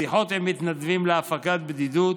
שיחות עם מתנדבים להפגת בדידות,